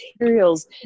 materials